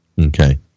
Okay